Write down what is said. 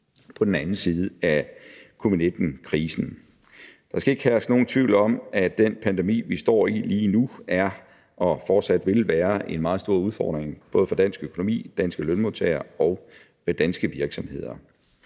på den anden side af covid-19-krisen. Der skal ikke herske nogen tvivl om, at den pandemi, vi står i lige nu, er og fortsat vil være en meget stor udfordring både for dansk økonomi, danske lønmodtagere og danske virksomheder.